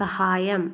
സഹായം